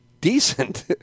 decent